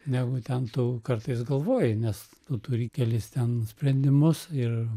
negu ten tu kartais galvoji nes tu turi kelis ten sprendimus ir